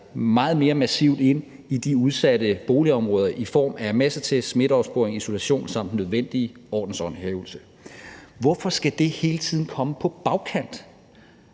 meget mere massivt ind i de udsatte boligområder i form af massetest, smitteopsporing, isolation samt den nødvendige ordenshåndhævelse. Hvorfor skal det hele tiden komme på bagkant,